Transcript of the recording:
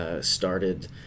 started